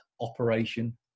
operation